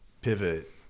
pivot